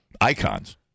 icons